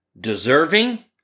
deserving